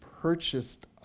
purchased